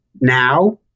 now